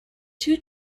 two